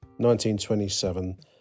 1927